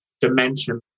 dimension